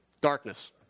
Darkness